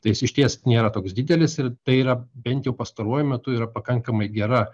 tai jis išties nėra toks didelis ir tai yra bent jau pastaruoju metu yra pakankamai gera